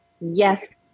yes